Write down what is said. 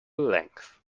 length